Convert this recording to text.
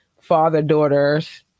father-daughter's